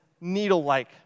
needle-like